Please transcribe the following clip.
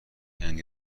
هند